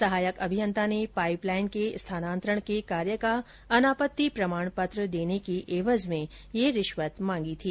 सहायक अभियंता ने पाइपलाइन के स्थानांतरण के कार्य का अनापत्ति प्रमाण पत्र देने की एवज में ये रिश्वत मांगी थी